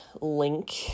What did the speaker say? link